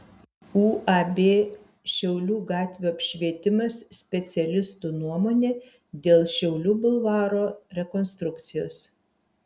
uab šiaulių gatvių apšvietimas specialistų nuomonė dėl šiaulių bulvaro rekonstrukcijos